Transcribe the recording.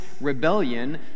rebellion